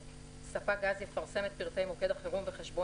ספק גז יפרסם את פרטי מוקד החירום בחשבון